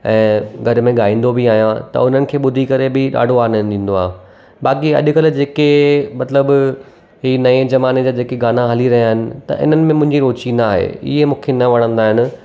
ऐं घर में ॻाईंदो बि आहियां त उन्हनि खे ॿुधी करे बि ॾाढो आनंद ईंदो आहे बाक़ी अॼुकल्ह जेके मतिलबु हीउ नएं ज़माने जा जेकी गाना हली रहिया आहिनि त इन्हनि में मुंहिंजी रुची नाहे इहे मूंखे न वणंदा आहिनि